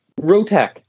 Rotec